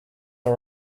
are